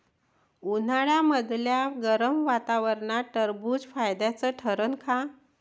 उन्हाळ्यामदल्या गरम वातावरनात टरबुज फायद्याचं ठरन का?